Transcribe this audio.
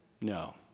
No